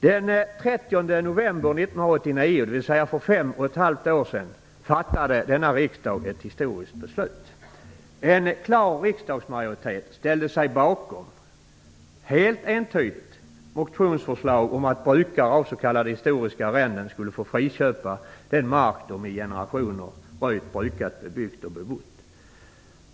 Den 30 november 1989, dvs. för fem och ett halvt år sedan, fattade riksdagen ett historiskt beslut. En klar riksdagsmajoritet ställde sig helt entydigt bakom motionsförslag om att brukare av s.k. historiska arrenden skulle få friköpa den mark de i generationer brukat, bebyggt och bebott.